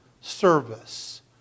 service